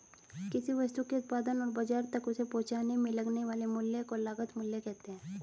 किसी वस्तु के उत्पादन और बाजार तक उसे पहुंचाने में लगने वाले मूल्य को लागत मूल्य कहते हैं